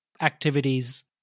activities